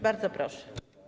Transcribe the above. Bardzo proszę.